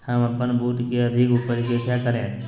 हम अपन बूट की अधिक उपज के क्या करे?